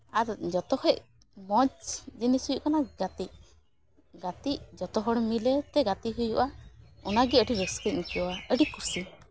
ᱟᱨ ᱡᱚᱛᱚ ᱠᱷᱚᱱ ᱢᱚᱡᱽ ᱡᱤᱱᱤᱥ ᱦᱩᱭᱩᱜ ᱠᱟᱱᱟ ᱜᱟᱛᱮᱜ ᱜᱟᱛᱮᱜ ᱡᱚᱛᱚ ᱦᱚᱲ ᱢᱤᱞᱮ ᱛᱮ ᱜᱟᱛᱮ ᱦᱩᱭᱩᱜᱼᱟ ᱚᱱᱟ ᱜᱮ ᱟᱹᱰᱤ ᱨᱟᱹᱥᱠᱟᱹᱧ ᱟᱹᱭᱠᱟᱹᱣᱟ ᱟᱹᱰᱤ ᱠᱩᱥᱤ